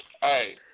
Hey